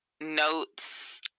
notes